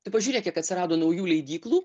tu pažiūrėk kiek atsirado naujų leidyklų